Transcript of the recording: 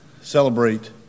celebrate